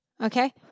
okay